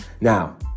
Now